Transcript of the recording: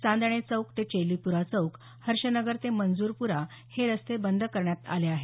चांदणे चौक ते चेलीपुरा चौक हर्षनगर ते मंजुरपुरा हे रस्ते बंद करण्यात करण्यात आले आहेत